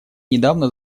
недавно